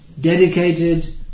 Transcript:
dedicated